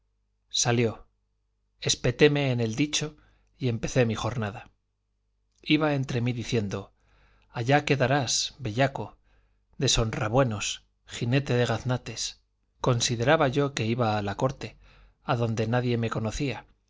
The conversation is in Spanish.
salió espetéme en el dicho y empecé mi jornada iba entre mí diciendo allá quedarás bellaco deshonrabuenos jinete de gaznates consideraba yo que iba a la corte adonde nadie me conocía